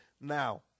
now